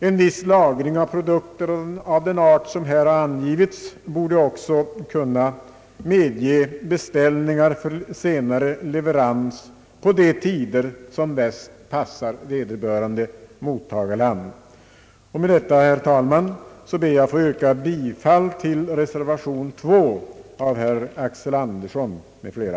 En viss lagring av produkter av den art som här har angivits borde även kunna medge beställningar för senare leverans på de tider som bäst passar vederbörande mottagarland. Med detta, herr talman, ber jag att få yrka bifall till reservation 2 b, av herr Axel Andersson m.fl.